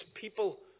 people